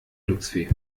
glücksfee